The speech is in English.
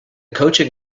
coaching